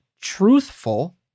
truthful